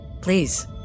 Please